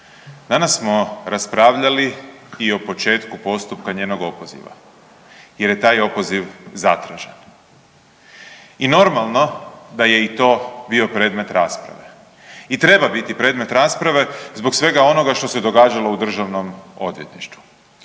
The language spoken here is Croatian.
Danas smo raspravljali i o početku postupka njenog opoziva jer je taj opoziv zatražen i normalno da je i to bio predmet rasprave i treba biti predmet rasprave zbog svega onoga što se događalo u državnom odvjetništvu.